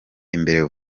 imbere